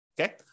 Okay